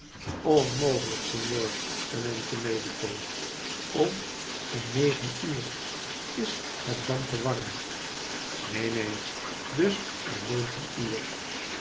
onmogelijk signor tenente medico om om negen uur is het dan te warm neen neen dus om negen uur